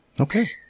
Okay